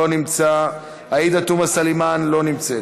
לא נמצא, עאידה תומא סלימאן, לא נמצאת,